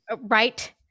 Right